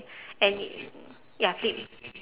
and ya flip